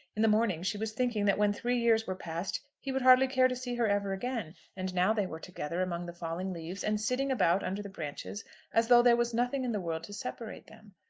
in the morning she was thinking that when three years were past he would hardly care to see her ever again. and now they were together among the falling leaves, and sitting about under the branches as though there was nothing in the world to separate them.